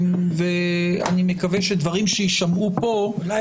ואני מקווה שדברים שיישמעו פה --- אולי